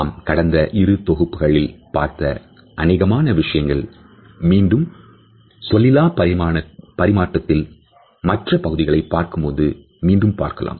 நாம் கடந்து இரு தொகுப்புகள் பார்த்த அனேகமான விஷயங்கள் மீண்டும் சொல்லிலா பரிமாற்றத்தில் மற்ற பகுதிகளை பார்க்கும்போது மீண்டும் பார்க்கலாம்